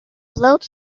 floats